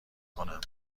کنم